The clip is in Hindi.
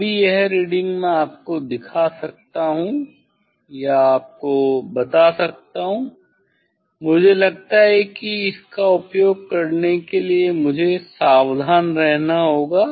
अभी यह रीडिंग मैं आपको दिखा सकता हूँ या आपको बता सकता हूँ मुझे लगता है कि इसका उपयोग करने के लिए मुझे सावधान रहना होगा